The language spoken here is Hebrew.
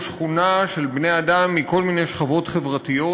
שכונה של בני-אדם מכל מיני שכבות חברתיות,